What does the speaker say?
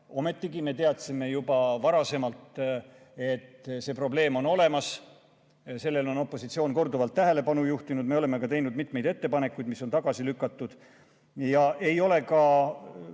Ometigi me teadsime juba varasemalt, et see probleem on olemas. Sellele on opositsioon korduvalt tähelepanu juhtinud, me oleme teinud mitmeid ettepanekuid, mis on tagasi lükatud. Ei ole ka